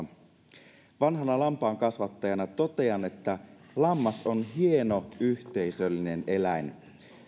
keskustalaisia lammastelijoiksi vanhana lampaankasvattajana totean että lammas on hieno yhteisöllinen eläin